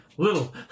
Little